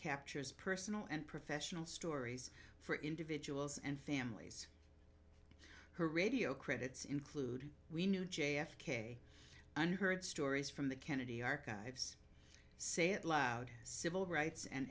captures personal and professional stories for individuals and families her radio credits include we knew j f k and heard stories from the kennedy archives say it loud civil rights and